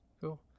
cool